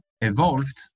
evolved